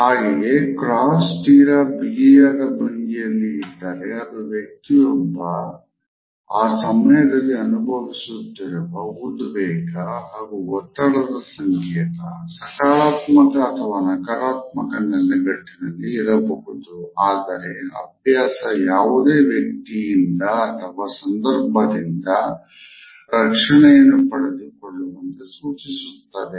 ಹಾಗೆಯೇ ಕ್ರಾಸ್ ತೀರ ಬಿಗಿಯಾದ ರೀತಿಯಲ್ಲಿ ಇದ್ದರೆ ಅದು ವ್ಯಕ್ತಿಯೊಬ್ಬ ಆ ಸಮಯದಲ್ಲಿ ಅನುಭವಿಸುತ್ತಿರುವ ಉದ್ವೇಗ ಹಾಗೂ ಒತ್ತಡದ ಸಂಕೇತ ಸಕಾರಾತ್ಮಕ ಅಥವಾ ನಕಾರಾತ್ಮಕ ನೆಲೆಗಟ್ಟಿನಲ್ಲಿ ಇರಬಹುದು ಆದರೆ ಅಭ್ಯಾಸ ಯಾವುದೇ ವ್ಯಕ್ತಿಯಿಂದ ಅಥವಾ ಸಂದರ್ಭದಿಂದ ರಕ್ಷಣೆಯನ್ನು ಪಡೆದುಕೊಳ್ಳುವಂತೆ ಸೂಚಿಸುತ್ತದೆ